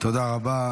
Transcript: תודה רבה.